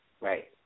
Right